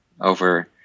over